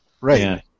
Right